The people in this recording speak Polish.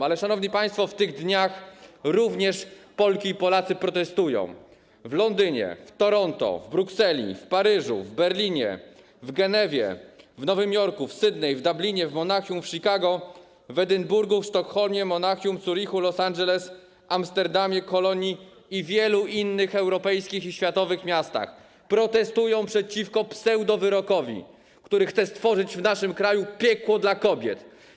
Ale, szanowni państwo, w tych dniach Polki i Polacy protestują również w Londynie, w Toronto, w Brukseli, w Paryżu, w Berlinie, w Genewie, w Nowym Jorku, w Sidney, w Dublinie, w Monachium, w Chicago, w Edynburgu, w Sztokholmie, w Monachium, w Zurychu, w Los Angeles, w Amsterdamie, w Kolonii i w wielu innych europejskich i światowych miastach przeciwko pseudowyrokowi, którym chce się stworzyć w naszym kraju piekło dla kobiet.